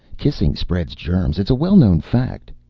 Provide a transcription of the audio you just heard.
kissing spreads germs. it's a well-known fact.